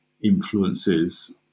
influences